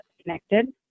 connected